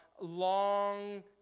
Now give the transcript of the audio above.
long